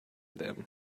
them